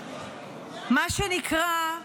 מה שנקרא,